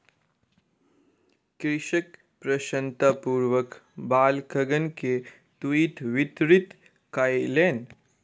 कृषक प्रसन्नतापूर्वक बालकगण के तूईत वितरित कयलैन